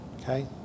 okay